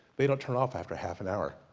they don't turn off after half an hour.